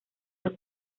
los